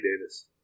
Davis